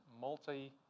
multi